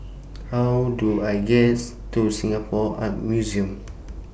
How Do I gets to Singapore Art Museum